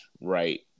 right